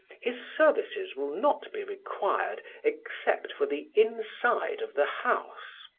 his services will not be required except for the inside of the house.